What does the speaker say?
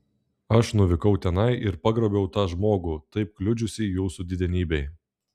aš nuvykau tenai ir pagrobiau tą žmogų taip kliudžiusį jūsų didenybei